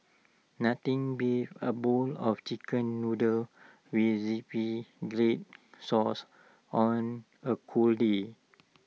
nothing beats A bowl of Chicken Noodles with Zingy Red Sauce on A cold day